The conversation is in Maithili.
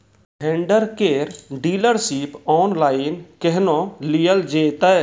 भेंडर केर डीलरशिप ऑनलाइन केहनो लियल जेतै?